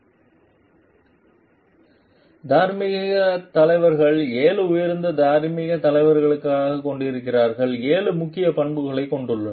slide நேரம் 3603 பார்க்கவும் தார்மீகத் தலைவர்கள் 7 உயர்ந்த தார்மீகத் தலைவர்களைக் கொண்டிருக்கிறார்கள் 7 முக்கியப் பண்புகளைக் கொண்டுள்ளனர்